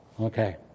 Okay